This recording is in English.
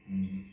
mm